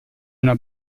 una